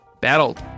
Battled